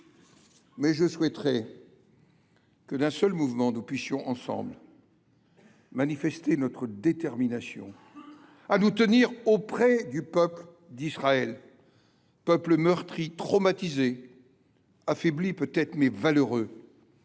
je souhaiterais que, d’un seul mouvement, nous puissions ensemble manifester notre détermination à nous tenir auprès du peuple d’Israël, peuple meurtri, traumatisé, affaibli peut-être, mais valeureux,